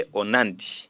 onandi